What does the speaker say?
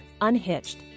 Unhitched